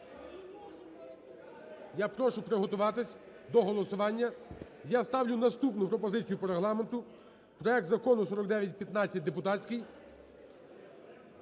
Я прошу приготуватися до голосування. Я ставлю наступну пропозицію по Регламенту, проект Закону 4915 депутатський.